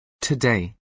Today